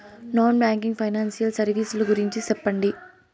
Non banking financial services ల గురించి సెప్పండి?